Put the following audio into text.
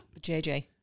JJ